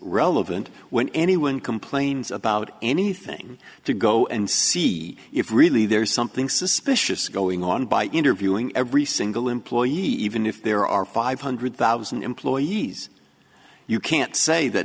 relevant when anyone complains about anything to go and see if really there's something suspicious going on by interviewing every single employee even if there are five hundred thousand employees you can't say that